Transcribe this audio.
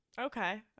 Okay